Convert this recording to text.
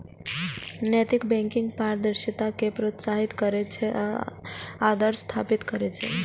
नैतिक बैंकिंग पारदर्शिता कें प्रोत्साहित करै छै आ आदर्श स्थापित करै छै